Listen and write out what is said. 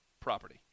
property